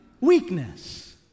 weakness